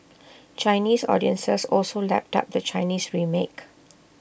Chinese audiences also lapped up the China remake